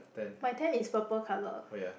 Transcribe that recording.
my tent is purple colour